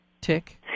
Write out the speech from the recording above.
tick